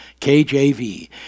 KJV